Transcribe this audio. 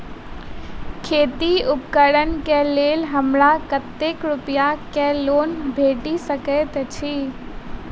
खेती उपकरण केँ लेल हमरा कतेक रूपया केँ लोन भेटि सकैत अछि?